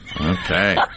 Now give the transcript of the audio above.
Okay